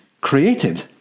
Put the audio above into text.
created